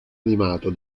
animato